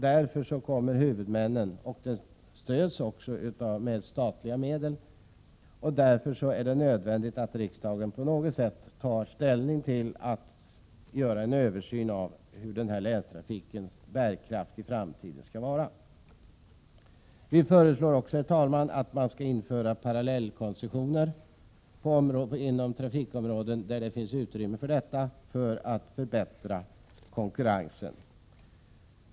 Verksamheten stöds också genom statliga medel. Därför är det nödvändigt att riksdagen på något sätt tar ställning till en översyn av hur frågan om länstrafikens bärkraft skall lösas. Vi föreslår också, herr talman, införande av parallellkoncessioner inom trafikområden där det finns utrymme för detta i syfte att förbättra konkurrensen.